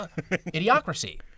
Idiocracy